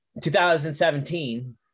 2017